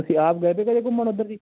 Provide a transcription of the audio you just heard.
ਤੁਸੀਂ ਆਪ ਗਏ ਤੇ ਕਦੇ ਘੁੰਮਣ ਉੱਧਰ ਜੀ